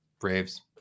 Braves